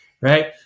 right